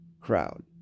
crowd